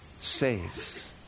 saves